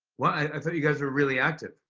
what? i thought you guys were really active.